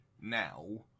now